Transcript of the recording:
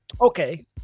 Okay